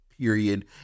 period